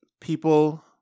people